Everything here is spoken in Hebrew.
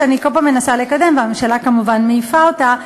שאני כל פעם מנסה לקדם והממשלה כמובן מעיפה אותה,